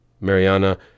Mariana